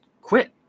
quit